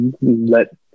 let